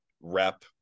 rep